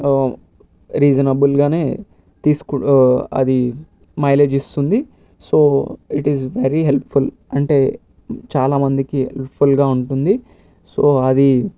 reasonable గానే తీసుకుం అది మైలేజ్ ఇస్తుంది so it is very helpful అంటే చాలామందికి ఫుల్గా ఉంటుంది సో అది